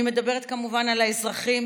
אני מדברת כמובן על האזרחים,